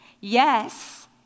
yes